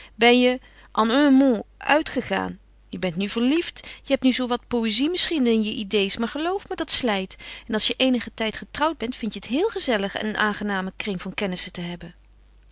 ben je en un mot uitgegaan je bent nu verliefd je hebt nu zowat poëzie misschien in je idées maar geloof me dat slijt en als je eenigen tijd getrouwd bent vind je het heel gezellig een aangenamen kring van kennissen te hebben